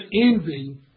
envy